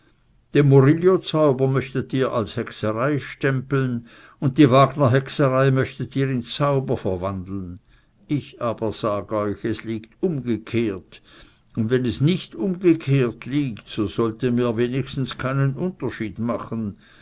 den murillozauber möchtet ihr zu hexerei stempeln und die wagnerhexerei möchtet ihr in zauber verwandeln ich aber sag euch es liegt umgekehrt und wenn es nicht umgekehrt liegt so sollt ihr mir wenigstens keinen unterschied machen